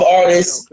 artists